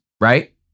right